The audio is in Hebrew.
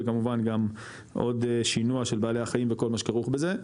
וכמובן גם עוד שינוע של בעלי החיים וכל מה שכרוך בזה.